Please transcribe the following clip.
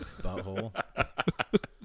butthole